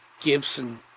Gibson